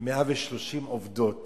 עובדות